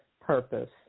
purpose